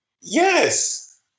Yes